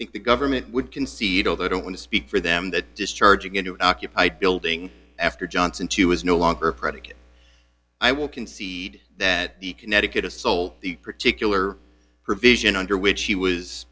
think the government would concede although i don't want to speak for them that discharging into an occupied building after johnson two is no longer a predicate i will concede that the connecticut of soul the particular provision under which she was